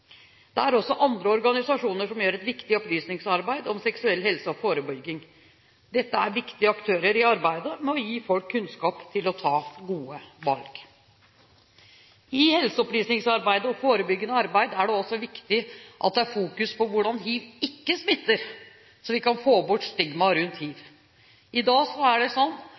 Det er også andre organisasjoner som gjør et viktig opplysningsarbeid om seksuell helse og forebygging. Dette er viktige aktører i arbeidet med å gi folk kunnskap for å kunne ta gode valg. I helseopplysningsarbeid og forebyggende arbeid er det også viktig at det er fokus på hvordan hiv ikke smitter, så vi kan få bort stigma rundt hiv. I dag er det sånn